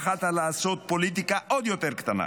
בחרת לעשות פוליטיקה עוד יותר קטנה,